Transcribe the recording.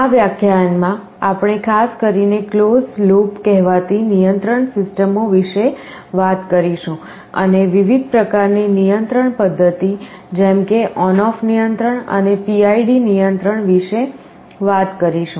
આ વ્યાખ્યાનમાં આપણે ખાસ કરીને ક્લોઝ લૂપ કહેવાતી નિયંત્રણ સિસ્ટમો વિશે વાત કરીશું અને વિવિધ પ્રકારની નિયંત્રણ પદ્ધતિ જેમ કે ON OFF નિયંત્રણ અને PID નિયંત્રણ વિશે વાત કરીશું